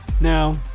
Now